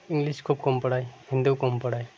English খুব কম পড়ায় হিন্দিও কম পড়ায়